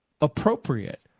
appropriate